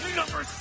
number